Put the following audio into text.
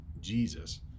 Jesus